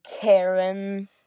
Karen